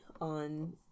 on